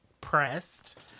pressed